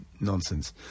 Nonsense